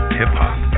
hip-hop